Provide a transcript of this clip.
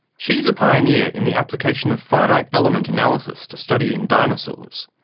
she is a pioneer in the application of finite element analysis to studying dinosaurs.